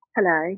Hello